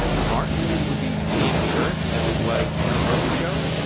mark would be seeing the earth as it was twenty minutes ago,